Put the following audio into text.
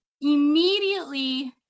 immediately